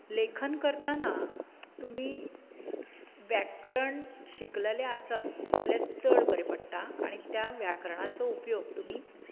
लेखन करताना तुमी व्याकरण शिकलले आसत जाल्यार चड बरें पडटा आनी त्या व्याकरणाचो उपयोग तुमी